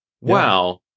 wow